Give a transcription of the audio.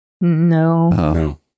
No